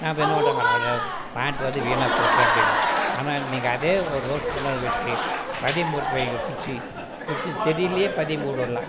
நான் அப்போ என்ன பண்ணுறோம் அடடா வாங்கிட்டு வந்து வீணாக போச்சே அப்படிங்குறோம் ஆனால் நீங்கள் அதே ஒரு ரோஸ் கொண்டாந்து வச்சு பதியம் போட்டு வைங்க குச்சி குச்சி செடியிலேயே பதியம் போட்டு விடலாம்